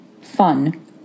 fun